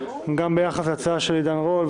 גם ביחס להצעה של עידן רול,